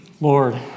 Lord